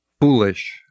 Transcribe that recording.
foolish